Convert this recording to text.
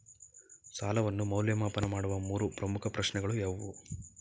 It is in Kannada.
ಸಾಲವನ್ನು ಮೌಲ್ಯಮಾಪನ ಮಾಡುವ ಮೂರು ಪ್ರಮುಖ ಪ್ರಶ್ನೆಗಳು ಯಾವುವು?